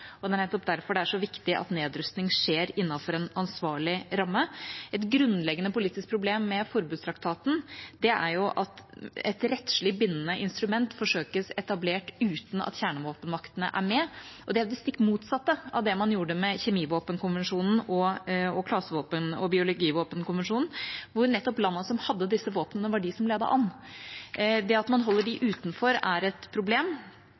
og det er nettopp derfor det er så viktig at nedrustning skjer innenfor en ansvarlig ramme. Et grunnleggende politisk problem med forbundstraktaten er at et rettslig bindende instrument forsøkes etablert uten at kjernevåpenmaktene er med, og det er det stikk motsatte av hva man gjorde med kjemivåpenkonvensjonen, klasevåpenkonvensjonen og biologivåpenkonvensjonen, hvor nettopp landene som hadde disse våpnene, var de som ledet an. Det at man holder dem utenfor, er et problem.